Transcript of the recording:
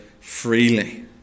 freely